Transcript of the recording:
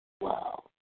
Wow